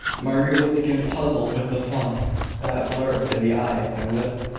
margaret was again puzzled with the fun that lurked in the eye and lip.